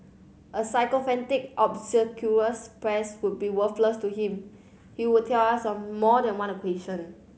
a sycophantic obsequious press would be worthless to him he would tell us on more than one